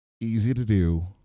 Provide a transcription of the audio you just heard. easy-to-do